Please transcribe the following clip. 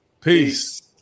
peace